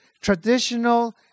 traditional